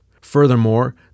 Furthermore